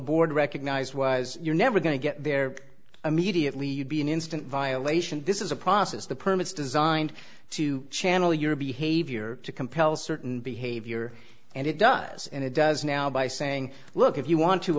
board recognized was you're never going to get there immediately you'd be an instant violation this is a process that permits designed to channel your behavior to compel certain behavior and it does and it does now by saying look if you want to